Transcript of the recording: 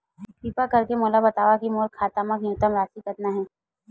किरपा करके मोला बतावव कि मोर खाता मा न्यूनतम राशि कतना हे